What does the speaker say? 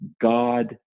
god